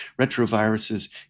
Retroviruses